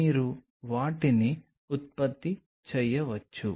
మీరు వాటిని ఉత్పత్తి చేయవచ్చు